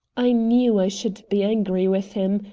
i knew i should be angry with him,